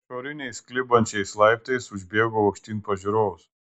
išoriniais klibančiais laiptais užbėgau aukštyn pas žiūrovus